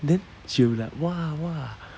then she will be like !wah! !wah!